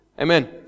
Amen